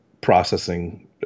processing